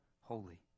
holy